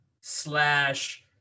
slash